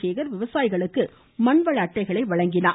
சேகர் விவசாயிகளுக்கு மண்வள அட்டைகளை வழங்கினார்